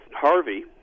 Harvey